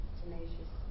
tenacious